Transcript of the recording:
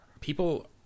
people